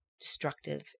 destructive